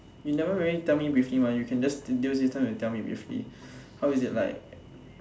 you never really tell me briefly mah you can just use this time and tell me briefly how is it like